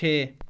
छे